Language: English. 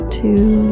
two